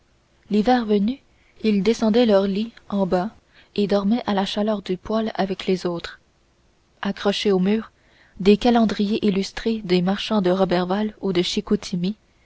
l'hiver venu ils descendaient leur lit en bas et dormaient à la chaleur du poêle avec les autres accrochés au mur des calendriers illustrés des marchands de roberval ou de chicoutimi